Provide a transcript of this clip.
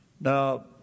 Now